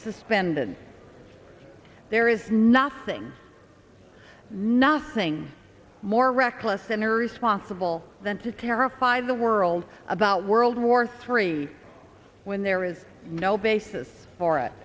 suspended there is nothing nothing more reckless and irresponsible than to terrify the world about world war three when there is no basis for it